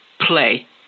play